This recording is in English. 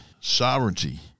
sovereignty